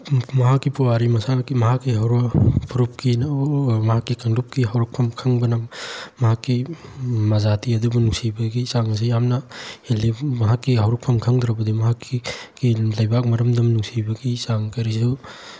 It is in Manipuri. ꯃꯍꯥꯛꯀꯤ ꯄꯨꯋꯥꯔꯤ ꯃꯍꯥꯛꯀꯤ ꯐꯨꯔꯨꯞꯀꯤ ꯃꯍꯥꯛꯀꯤ ꯀꯥꯡꯂꯨꯞꯀꯤ ꯍꯧꯔꯛꯐꯝ ꯈꯡꯕꯅ ꯃꯍꯥꯛꯀꯤ ꯃꯖꯥꯇꯤ ꯑꯗꯨꯕꯨ ꯅꯨꯡꯁꯤꯕꯒꯤ ꯆꯥꯡ ꯑꯁꯤ ꯌꯥꯝꯅ ꯍꯦꯜꯂꯤ ꯃꯍꯥꯛꯀꯤ ꯍꯧꯔꯛꯐꯝ ꯈꯪꯗ꯭ꯔꯕꯗꯤ ꯃꯍꯥꯛꯀꯤ ꯂꯩꯕꯥꯛ ꯃꯔꯝꯗꯝ ꯅꯨꯡꯁꯤꯕꯒꯤ ꯆꯥꯡ ꯀꯔꯤꯁꯨ